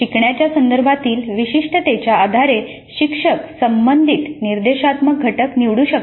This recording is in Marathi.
शिकण्याच्या संदर्भातील विशिष्टतेच्या आधारे शिक्षक संबंधित निर्देशात्मक घटक निवडू शकतात